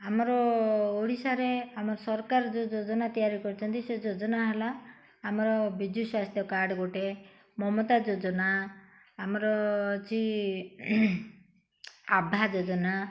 ଆମର ଓଡ଼ିଶାରେ ଆମର ସରକାର ଯେଉଁ ଯୋଜନା ତିଆରି କରିନ୍ତି ସେ ଯୋଜନା ହେଲା ଆମର ବିଜୁ ସ୍ୱାସ୍ଥ୍ୟ କାର୍ଡ଼୍ ଗୋଟେ ମମତା ଯୋଜନା ଆମର ଅଛି ଆଭା ଯୋଜନା